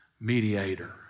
mediator